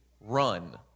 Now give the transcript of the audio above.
run